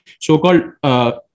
so-called